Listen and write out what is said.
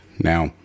Now